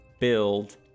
build